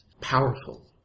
powerful